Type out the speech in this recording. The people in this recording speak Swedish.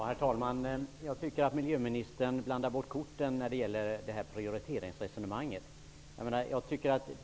Herr talman! Jag tycker att miljöministern blandar bort korten i prioriteringsresonemanget.